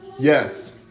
Yes